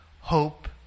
hope